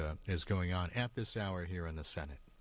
what is going on at this hour here in the senate